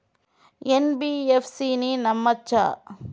NBFC ని నమ్మచ్చా?